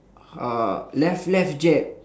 uh left left jab